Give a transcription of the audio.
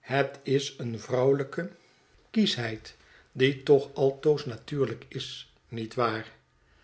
het is een vrouwelijke kieschheid die toch altoos natuurlijk is niet waar